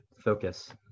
focus